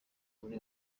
muri